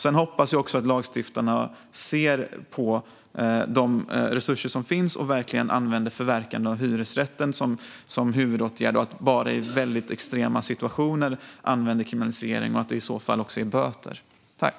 Sedan hoppas jag att lagstiftarna ser på de resurser som finns och använder förverkande av hyresrätten som huvudåtgärd och kriminalisering bara i väldigt extrema situationer, i så fall med böter som straff.